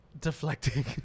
deflecting